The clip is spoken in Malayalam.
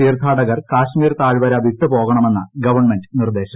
തീർത്ഥാടകർ കാശ്മ്പീർ താഴ്വര വിട്ടുപോകണമെന്ന് ഗവൺമെന്റ് നിർദ്ദേശും